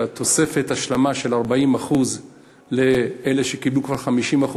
שזו תוספת השלמה של 40% לאלה שקיבלו כבר 50%,